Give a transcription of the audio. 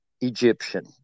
Egyptian